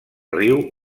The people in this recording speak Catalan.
riu